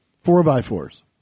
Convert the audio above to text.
four-by-fours